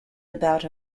about